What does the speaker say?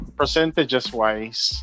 percentages-wise